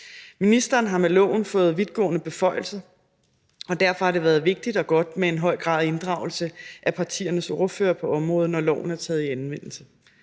Ministeren har med loven fået vidtgående beføjelser, og derfor har det været vigtigt og godt med en høj grad af inddragelse af partiernes ordførere på området, når loven er taget i anvendelse